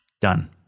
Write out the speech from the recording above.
done